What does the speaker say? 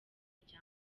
wanjye